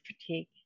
fatigue